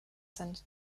sind